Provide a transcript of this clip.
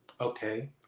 Okay